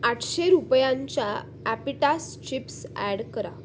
आठशे रुपयांच्या ॲपिटास चिप्स ॲड करा